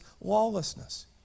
lawlessness